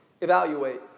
Evaluate